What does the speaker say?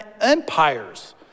empires